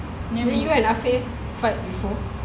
you and afif fight before